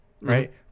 right